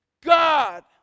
God